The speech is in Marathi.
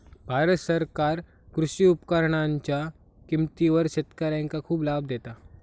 भारत सरकार कृषी उपकरणांच्या किमतीवर शेतकऱ्यांका खूप लाभ देता